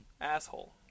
Asshole